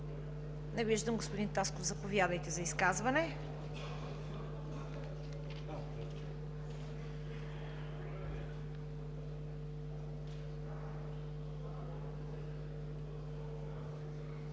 Не виждам. Господин Тасков, заповядайте за изказване.